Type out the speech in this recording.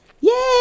yay